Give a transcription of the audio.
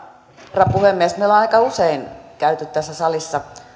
herra puhemies me olemme aika usein käyneet tässä salissa